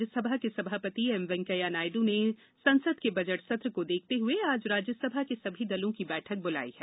राज्यसभा के सभापति एम वेंकैया नायड् ने संसद के बजट सत्र को देखते हुए आज राज्यसभा के सभी दलों की बैठक बुलाई है